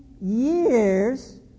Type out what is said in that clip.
years